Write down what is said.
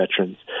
veterans